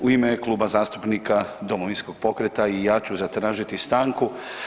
U ime Kluba zastupnika Domovinskog pokreta i ja ću zatražiti stanku.